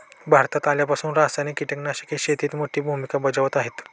भारतात आल्यापासून रासायनिक कीटकनाशके शेतीत मोठी भूमिका बजावत आहेत